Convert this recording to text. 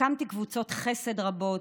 הקמתי קבוצות חסד רבות,